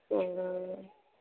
हँ